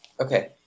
Okay